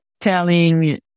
telling